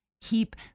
keep